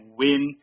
win